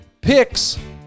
picks